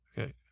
Okay